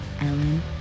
Ellen